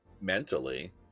mentally